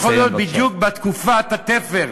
לא יכול להיות בדיוק בתקופת התפר,